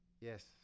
yes